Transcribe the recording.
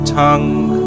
tongue